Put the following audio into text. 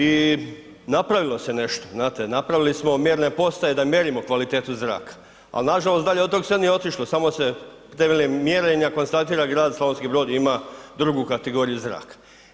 I napravilo se nešto, znate napravili smo mjerne postaje da mjerimo kvalitetu zraka, ali nažalost dalje od toga se nije otišlo samo se temeljem mjerenja konstatira Slavonski Brod ima drugu kategoriju zraka.